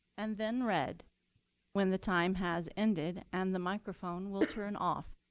and then red when the time has ended and the microphone will turn off.